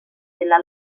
della